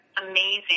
amazing